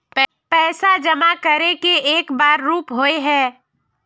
पैसा जमा करे के एक आर रूप होय है?